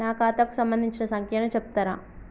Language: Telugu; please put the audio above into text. నా ఖాతా కు సంబంధించిన సంఖ్య ను చెప్తరా?